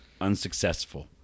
unsuccessful